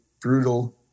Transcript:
brutal